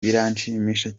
birashimishije